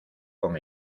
con